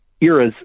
eras